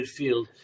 midfield